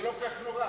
וזה לא כל כך נורא.